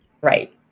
Right